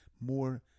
more